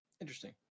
Interesting